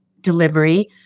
delivery